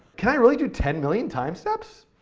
can i really do ten million timesteps?